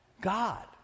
God